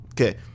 Okay